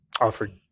offered